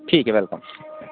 ٹھیک ہے ویلکم